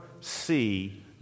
see